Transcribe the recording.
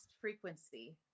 frequency